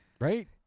Right